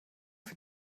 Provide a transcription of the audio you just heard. für